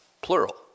plural